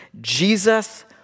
Jesus